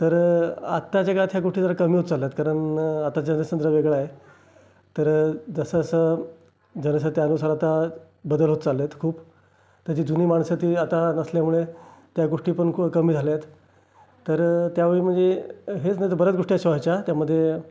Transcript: तर आत्ता जगात ह्या गोष्टी जरा कमी होत चालल्या आहेत कारण आता जनसंत्र वेगळं आहे तर जसंजसं जनस त्यानुसार आता बदल होत चाललेत खूप त्याची जुनी माणसं ती आता नसल्यामुळे त्या गोष्टी पण क कमी झाल्या आहेत तर त्यावेळी म्हणजे हेच नाही तर बऱ्याच गोष्टी अशा व्हायच्या त्यामध्ये